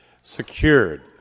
secured